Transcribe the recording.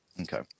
Okay